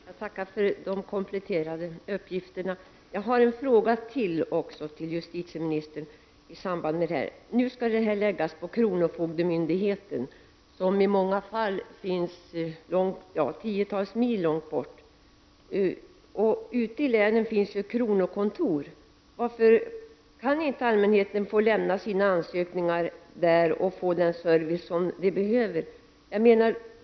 Fru talman! Jag tackar för dessa kompletterande uppgifter. Jag har ytterligare en fråga till justitieministern. Nu skall denna uppgift läggas på kronofogdemyndigheten, som i många fall kan finnas tiotals mil bort. Ute i länen finns det ju kronokontor. Varför kan allmänheten inte få lämna sina ansökningar till dessa och få den service som man behöver?